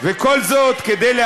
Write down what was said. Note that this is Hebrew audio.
אני מזכירה,